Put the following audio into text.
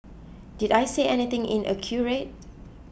did I say anything inaccurate